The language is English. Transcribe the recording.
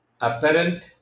apparent